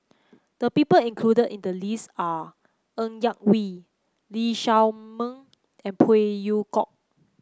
the people included in the list are Ng Yak Whee Lee Shao Meng and Phey Yew Kok